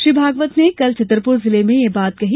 श्री भागवत ने कल छतरपुर जिले में यह बात कही